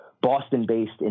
Boston-based